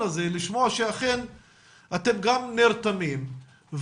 זה הדבר הראשון שצריך לטפל בו,